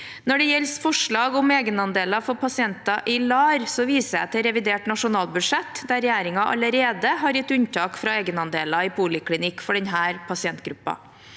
Når det gjelder forslag om egenandeler for pasienter i LAR, viser jeg til revidert nasjonalbudsjett, der regjeringen allerede har gitt unntak fra egenandeler i poliklinikk for denne pasientgruppen.